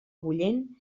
bullent